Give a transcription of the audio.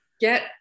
get